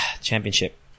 championship